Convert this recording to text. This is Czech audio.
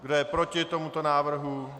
Kdo je proti tomuto návrhu?